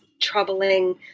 troubling